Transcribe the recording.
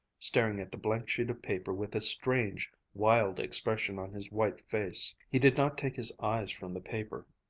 staring at the blank sheet of paper with a strange, wild expression on his white face. he did not take his eyes from the paper.